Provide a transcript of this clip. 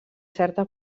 certa